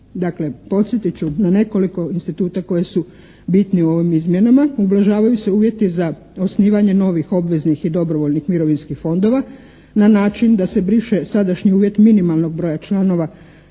Dakle podsjetit ću na nekoliko instituta koji su bitni u ovim izmjenama. Ublažavaju se uvjeti za osnivanje novih obveznih i dobrovoljnih mirovinskih fondova na način da se briše sadašnji uvjet minimalnog broja članova